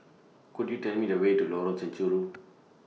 Could YOU Tell Me The Way to Lorong Chencharu